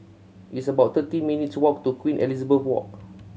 it's about thirty minutes' walk to Queen Elizabeth Walk